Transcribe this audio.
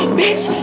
bitch